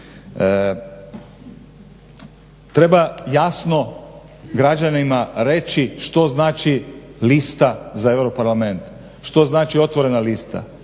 Treba jasno građanima reći što znači lista za EU parlament, što znači otvorena lista,